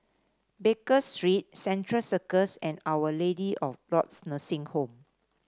Baker Street Central Circus and Our Lady of Lourdes Nursing Home